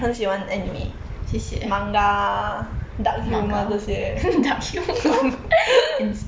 谢谢 manga dark humour instant